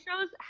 shows